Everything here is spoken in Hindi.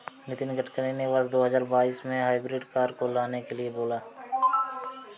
नितिन गडकरी ने वर्ष दो हजार बाईस में हाइब्रिड कार को लाने के लिए बोला